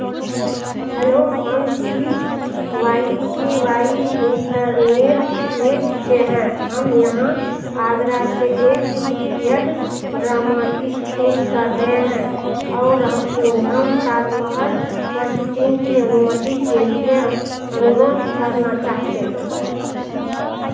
hello हम C Y C Y internet mate से हैं हम यहाँ आगरा से एक प्रीयड ड्रामा की शूटिंग कर रहे हैं और हम हम ताज महल पर सुटिंग की अनुमति के लिए अनुरोध करना चाहते हैं